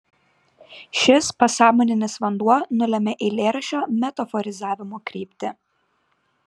šis pasąmoninis vanduo nulemia eilėraščio metaforizavimo kryptį